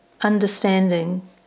understanding